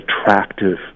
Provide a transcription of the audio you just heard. attractive